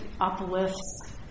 uplifts